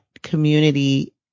community